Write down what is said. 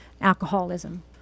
alcoholism